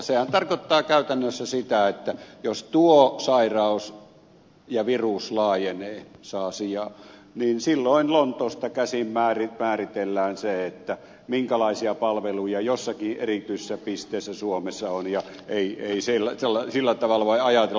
sehän tarkoittaa käytännössä sitä että jos tuo sairaus ja virus laajenee saa sijaa niin silloin lontoosta käsin määritellään se minkälaisia palveluja jossakin erityisessä pisteessä suomessa on ja ei sillä tavalla voi ajatella